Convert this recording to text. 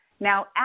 Now